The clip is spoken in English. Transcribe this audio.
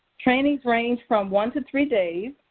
trainings range from one to three days.